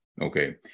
Okay